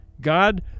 God